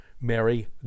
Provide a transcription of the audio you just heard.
Mary